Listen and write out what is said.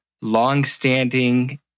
longstanding